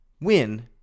win